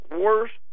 worst